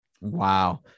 Wow